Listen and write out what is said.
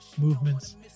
movements